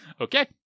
Okay